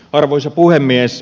arvoisa puhemies